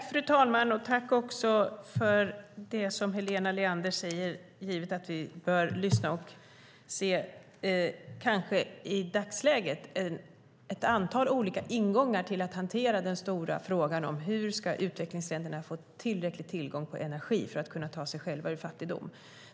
Fru talman! Jag tackar för det som Helena Leander säger givet att vi bör lyssna och i dagsläget kanske se ett antal olika ingångar när det gäller att hantera den stora frågan om hur utvecklingsländerna ska få tillräcklig tillgång till energi för att kunna ta sig själva ur fattigdom.